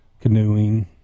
canoeing